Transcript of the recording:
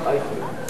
אל תתלבט.